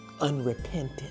Unrepentant